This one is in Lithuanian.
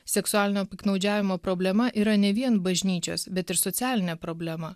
seksualinio piktnaudžiavimo problema yra ne vien bažnyčios bet ir socialinė problema